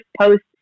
post